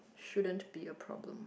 shouldn't be a problem